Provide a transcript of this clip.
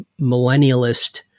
millennialist